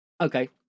Okay